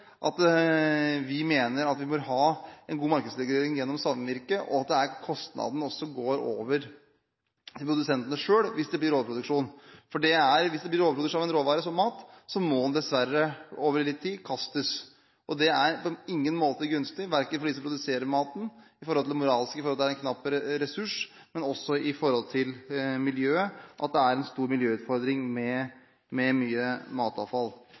vi mener at vi bør ha en god markedsregulering gjennom samvirke, og at kostnaden går over til produsentene selv hvis det blir overproduksjon. For hvis det blir overproduksjon av en råvare som mat, så må den dessverre, over litt tid, kastes, og det er på ingen måte gunstig, verken for dem som produserer maten, med hensyn til det moralske ettersom dette er en knapp ressurs, men også med hensyn til miljøet, at det er en stor miljøutfordring med mye matavfall.